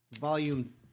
volume